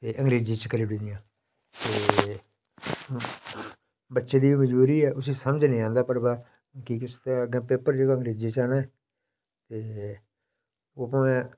ते अंग्रेजी च करी ओड़ी दियां ते बच्चें दी मजबूरी ऐ उसी समझ निं औंदा उसी समझ निं औंदा पढ़े दा की के अग्गें पेपर जेह्ड़े अंग्रेजी च औने ते ओह् भामें